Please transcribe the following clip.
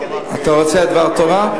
אתה רוצה דבר תורה?